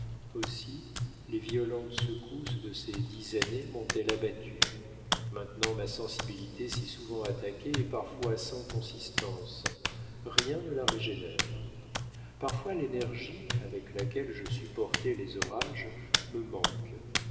aussi les violentes secousses de ces dix années m'ont-elles abattue maintenant ma sensibilité si souvent attaquée est parfois sans consistance rien ne la régénère parfois l'énergie avec laquelle je supportais les orages me